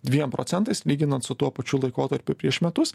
dviem procentais lyginant su tuo pačiu laikotarpiu prieš metus